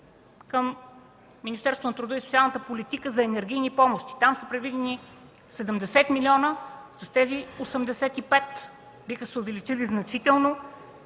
към Министерството на труда и социалната политика за енергийни помощи. Там са предвидени 70 млн. лв. С тези 85 млн. лв. те биха се увеличили значително